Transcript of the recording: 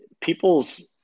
people's